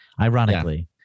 ironically